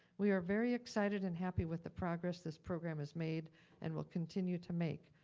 we are very excited and happy with the progress this program has made and will continue to make.